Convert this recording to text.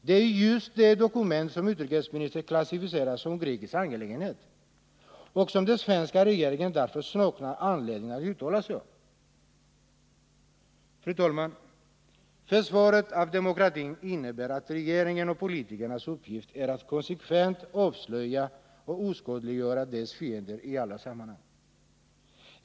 Det är just dessa dokument som utrikesministern klassificerar som en grekisk angelägenhet som den svenska regeringen saknar anledning att uttala sig om. Fru talman! Försvaret av demokratin innebär att regeringens och politikernas uppgift är att konsekvent avslöja och oskadliggöra demokratins fiender i alla sammanhang.